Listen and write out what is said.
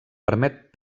permet